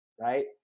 right